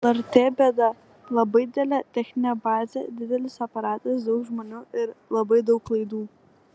lrt bėda labai didelė techninė bazė didelis aparatas daug žmonių ir labai daug laidų